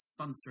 sponsoring